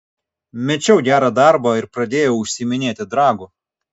mečiau gerą darbą ir pradėjau užsiiminėti dragu